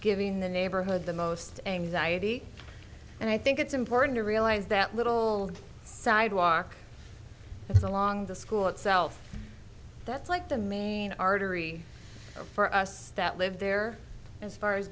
giving the neighborhood the most anxiety and i think it's important to realize that little sidewalk so long the school itself that's like the main artery for us that live there as far as